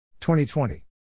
2020